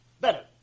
better